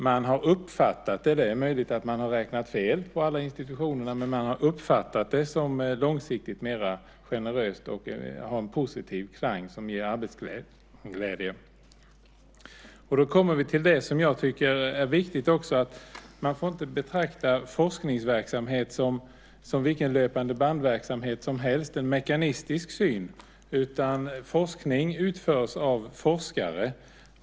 Man har uppfattat det - det är möjligt att man har räknat fel på alla institutioner - som att det långsiktigt är mer generöst och att det har en positiv klang som ger arbetsglädje. Då kommer vi till det som jag tycker är viktigt, nämligen att man inte får betrakta forskningsverksamhet som vilken löpandebandsverksamhet som helst - en mekanistisk syn - utan forskning utförs av forskare.